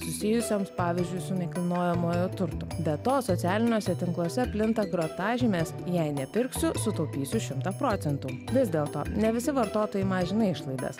susijusioms pavyzdžiui su nekilnojamuoju turtu be to socialiniuose tinkluose plinta grotažymės jei nepirksiu sutaupysiu šimtą procentų vis dėlto ne visi vartotojai mažina išlaidas